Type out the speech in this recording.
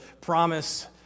promise